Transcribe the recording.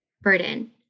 burden